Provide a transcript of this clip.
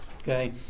okay